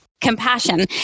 compassion